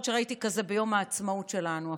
שראיתי כזה ביום העצמאות שלנו אפילו,